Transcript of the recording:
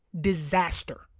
disaster